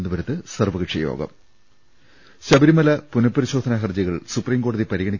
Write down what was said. ന്തപുരത്ത് സർവ്വകക്ഷിയോഗം ശബരിമല പുനഃപരിശോധനാ ഹർജികൾ സുപ്രീം കോടതി പരിഗണി